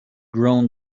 grown